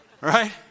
Right